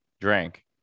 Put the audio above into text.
drink